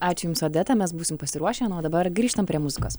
ačiū jums odeta mes būsim pasiruošę na o dabar grįžtam prie muzikos